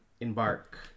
embark